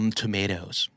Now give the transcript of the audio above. tomatoes